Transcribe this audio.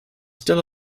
still